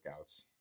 workouts